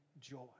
joy